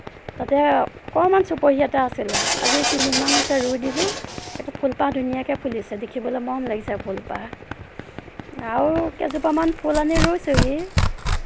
তাতে অকণমান চুপহি এটা আছিলে আজি তিনদিনমান হৈছে ৰুই দিলোঁ সেইটো ফুলপাহ ধুনীয়াকে ফুলিছে দেখিবলৈ মৰম লাগিছে ফুলপাহ আৰু কেইজোপা মান ফুল আনি ৰুইছোহি